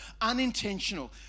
unintentional